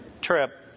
trip